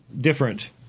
different